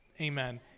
Amen